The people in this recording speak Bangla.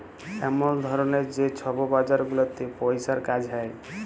এমল ধরলের যে ছব বাজার গুলাতে পইসার কাজ হ্যয়